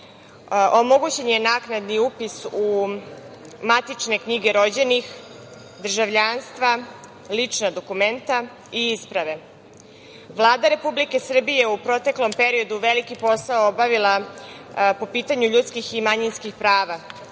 omogućen je naknadni upis u Matične knjige rođenih, državljanstva, lična dokumenta i isprave. Vlada Republike Srbije u proteklom periodu veliki posao je obavila po pitanju ljudskih i manjinskih prava,